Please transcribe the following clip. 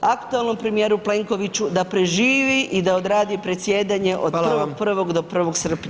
aktualnom premijeru Plenkoviću da preživi i da odradi predsjedanje [[Upadica: Hvala vam.]] od 1. 1. do 1. srpnja.